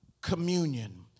communion